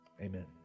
amen